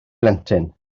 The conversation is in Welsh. blentyn